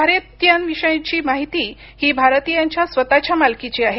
भारतीयांविषयीची माहिती ही भारतीयांच्या स्वतःच्या मालकीची आहे